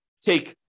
take